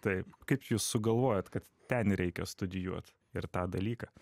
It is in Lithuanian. taip kaip jūs sugalvojot kad ten reikia studijuot ir tą dalyką